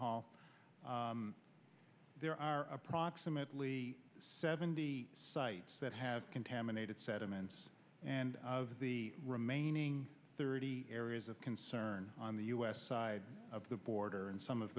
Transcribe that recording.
hall there are approximately seventy sites that have contaminated sediments and of the remaining thirty areas of concern on the u s side of the border and some of